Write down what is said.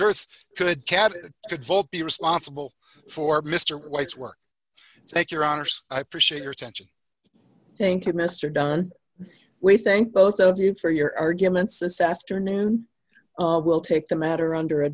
earth could cad could vote be responsible for mr white's work take your honors i appreciate your attention thank you mr dunne we thank both of you for your arguments this afternoon and will take the matter under